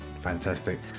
Fantastic